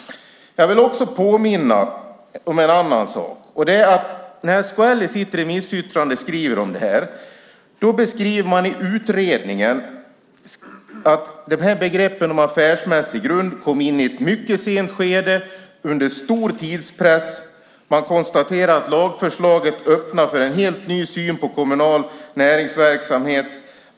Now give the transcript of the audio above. Jag vill också påminna om en annan sak. När SKL i sitt remissyttrande beskriver utredningen skriver man att begreppen om affärsmässig grund kom in i ett mycket sent skede, under stor tidspress. Man konstaterar att lagförslaget öppnar för en helt ny syn på kommunal näringsverksamhet.